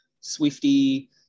Swifty